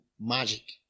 magic